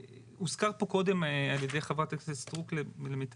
הוזכר פה קודם על ידי חברת הכנסת סטרוק למיטב